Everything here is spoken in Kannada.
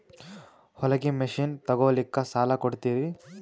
ಹೊಲಗಿ ಮಷಿನ್ ತೊಗೊಲಿಕ್ಕ ಸಾಲಾ ಕೊಡ್ತಿರಿ?